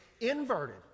inverted